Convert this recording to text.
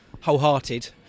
wholehearted